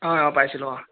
অ' হয় পাইছিলোঁ অ'